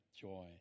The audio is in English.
joy